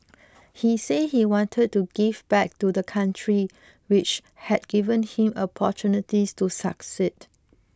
he said he wanted to give back to the country which had given him opportunities to succeed